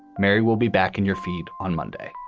mary will be back on your feet on monday